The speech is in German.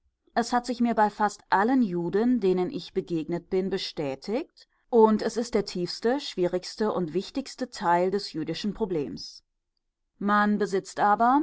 es hat sich mir bei fast allen juden denen ich begegnet bin bestätigt und es ist der tiefste schwierigste und wichtigste teil des jüdischen problems man besitzt aber